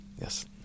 yes